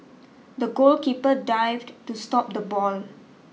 the goalkeeper dived to stop the ball